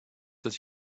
that